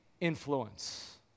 influence